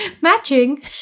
Matching